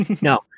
No